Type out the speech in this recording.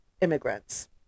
immigrants